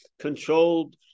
controlled